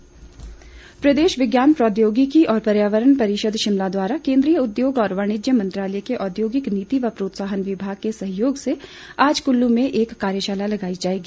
कार्यशाला प्रदेश विज्ञान प्रौद्योगिकी व पर्यावरण परिषद शिमला द्वारा केंद्रीय उद्योग और वाणिज्य मंत्रालय के औद्योगिक नीति व प्रोत्साहन विभाग के सहयोग से आज कुल्लू में एक कार्यशाला लगाई जाएगी